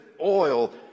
oil